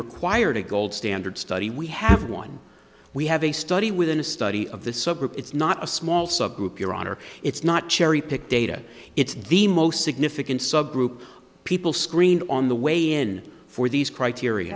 required a gold standard study we have one we have a study within a study of the subgroup it's not a small subgroup your honor it's not cherry picked data it's the most significant subgroup people screened on the way in for these criteria